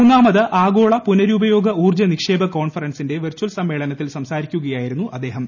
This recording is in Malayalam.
മൂന്നാമത് ആഗോള പുനരുപയോഗ ഊർജ്ജ നിക്ഷേപ കോൺഫറൻസിന്റെ വിർച്ചൽ സമ്മേളനത്തിൽ സംസാരിക്കുകയായിരുന്നു് അദ്ദേഹം